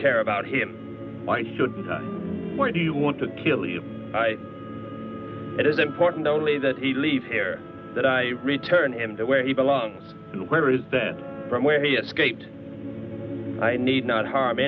care about him why should he want to kill you it is important only that he leave here that i return him to where he belongs where is that from where he escaped i need not harm